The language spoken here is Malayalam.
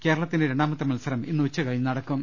കേരളത്തിന്റെ രണ്ടാമത്തെ മത്സരം ഇന്ന് ഉച്ചകഴിഞ്ഞ് നട ക്കും